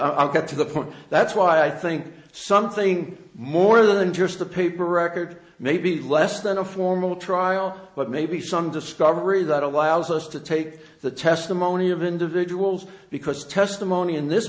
i'll get to the point that's why i think something more than just the paper record maybe less than a formal trial but maybe some discovery that allows us to take the testimony of individuals because testimony in this